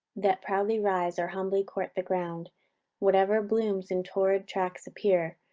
that proudly rise, or humbly court the ground whatever blooms in torrid tracts appear,